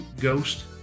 ghost